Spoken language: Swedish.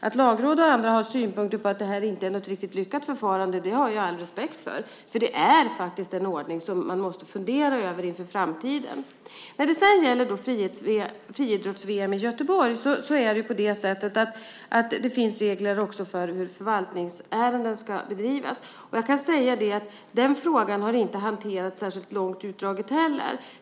Att Lagrådet och andra har synpunkter på att det här inte är ett riktigt lyckat förfarande har jag all respekt för, därför att det här är faktiskt en ordning som man måste fundera över inför framtiden. När det sedan gäller friidrotts-VM i Göteborg är det så att det finns regler också för hur förvaltningsärenden ska bedrivas. Jag kan säga att den frågan inte har hanterats på ett särskilt långt och utdraget sätt heller.